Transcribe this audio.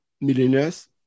millionaires